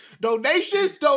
Donations